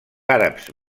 àrabs